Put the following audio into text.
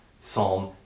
Psalm